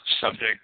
subject